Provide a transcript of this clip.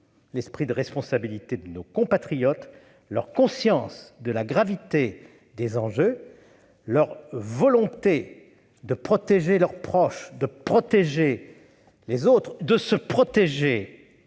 l'esprit de responsabilité de nos compatriotes, leur conscience de la gravité des enjeux, leur volonté de protéger leurs proches et autrui et de se protéger